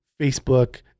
facebook